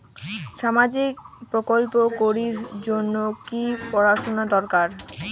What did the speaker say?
সামাজিক প্রকল্প করির জন্যে কি পড়াশুনা দরকার?